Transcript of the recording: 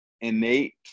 innate